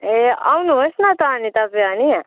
ए आउनुहोस् न त अनि तपाईँ अनि